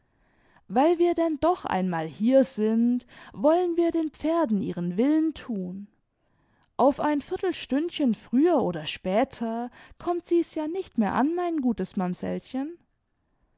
weil wir denn doch einmal hier sind wollen wir den pferden ihren willen thun auf ein viertelstündchen früher oder später kommt sie's ja nicht mehr an mein gutes